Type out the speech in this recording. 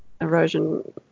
erosion